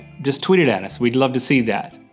just tweet it at us, we'd love to see that.